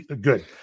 good